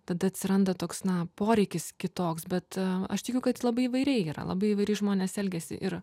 tada atsiranda toks na poreikis kitoks bet aš tikiu kad labai įvairiai yra labai įvairiai žmonės elgiasi ir